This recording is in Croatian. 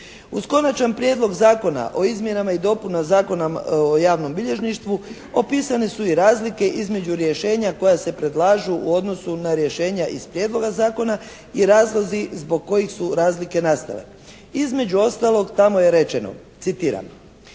Uz Konačni prijedlog zakona o izmjenama i dopunama Zakona o javnom bilježništvu opisane su i razlike između rješenja koja se predlažu u odnosu na rješenja iz Prijedloga zakona i razlozi zbog kojih su razlike nastale. Između ostalog tamo je rečeno, citiram: